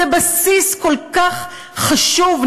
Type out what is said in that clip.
זה בסיס כל כך חשוב,